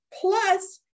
Plus